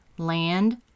land